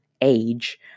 age